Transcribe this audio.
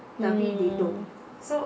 mm